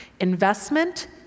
Investment